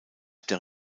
der